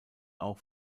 auch